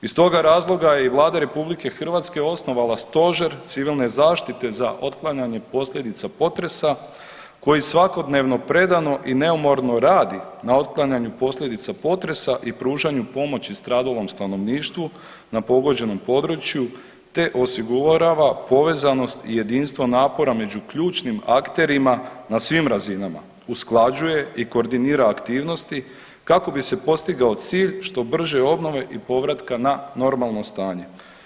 Iz toga razloga je i Vlada RH osnovala stožer civilne zaštite za otklanjanje posljedica potresa koji svakodnevno predano i neumorno radi na otklanjanju posljedica potresa i pružanju pomoći stradalom stanovništvu na pogođenom području te osigurava povezanost i jedinstvo napora među ključnim akterima na svim razinama, usklađuje i koordinira aktivnosti kako bi se postigao cilj što brže obnove i povratka na normalno stanje.